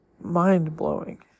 mind-blowing